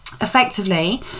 Effectively